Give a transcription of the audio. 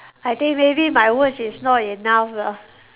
I think maybe my words is not enough lah